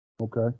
Okay